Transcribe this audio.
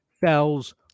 Fells